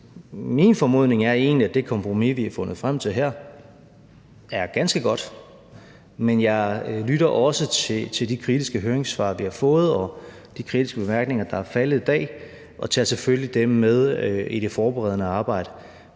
Min formodning er egentlig, at det kompromis, vi har fundet frem til her, er ganske godt, men jeg lytter også til de kritiske høringssvar, vi har fået, og de kritiske bemærkninger, der er faldet i dag, og tager selvfølgelig dem med i det forberedende arbejde